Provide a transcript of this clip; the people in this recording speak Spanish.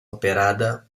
operada